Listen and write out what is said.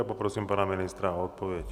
Poprosím pana ministra o odpověď.